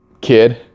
kid